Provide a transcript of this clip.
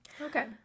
Okay